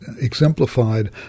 exemplified